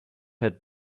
had